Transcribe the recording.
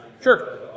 Sure